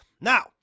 Now